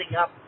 up